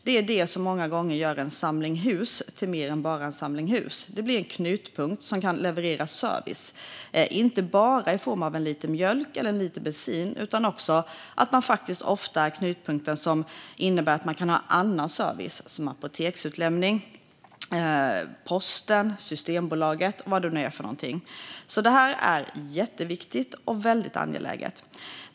Det är det som många gånger gör en samling hus till mer än bara en samling hus. Det blir en knutpunkt som kan leverera service, inte bara i form av en liter mjölk eller en liter bensin. Man är faktiskt ofta en knutpunkt som fungerar som ombud för till exempel apotek, post och Systembolaget. Detta är alltså jätteviktigt och väldigt angeläget.